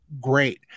great